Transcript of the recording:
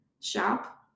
shop